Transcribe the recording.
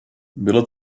bylo